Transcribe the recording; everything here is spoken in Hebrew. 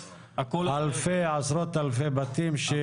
עשרות אלפי בתים.